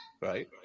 right